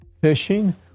fishing